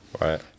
Right